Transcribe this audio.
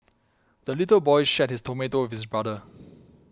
the little boy shared his tomato with his brother